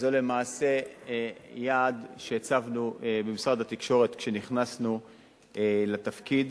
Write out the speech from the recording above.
זהו למעשה יעד שהצבנו במשרד התקשורת כשנכנסנו לתפקיד.